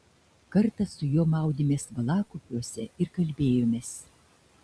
kartą su juo maudėmės valakupiuose ir kalbėjomės